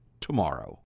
tomorrow